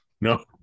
no